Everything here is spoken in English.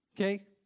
Okay